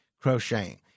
crocheting